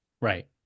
Right